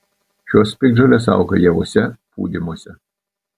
šios piktžolės auga javuose pūdymuose